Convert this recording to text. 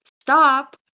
stop